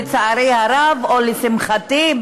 לצערי הרב או לשמחתי,